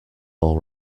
all